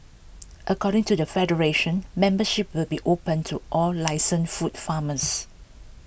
according to the federation membership will be opened to all licensed food farmers